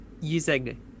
Using